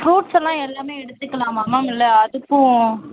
fruits எல்லாம் எல்லாமே எடுத்துக்கலாமா மேம் இல்லை அதுக்கும்